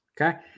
Okay